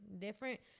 different